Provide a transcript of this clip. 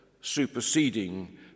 superseding